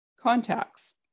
contacts